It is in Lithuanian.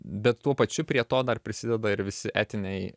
bet tuo pačiu prie to dar prisideda ir visi etiniai